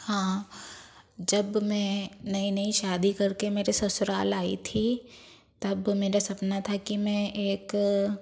हाँ जब मैं नई नई शादी करके मेरे ससुराल आई थी तब मेरा सपना था कि मैं एक